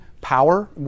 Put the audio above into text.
power